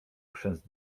chrzęst